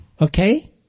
Okay